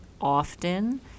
often